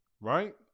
right